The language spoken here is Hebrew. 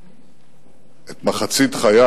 שאת מחצית חיי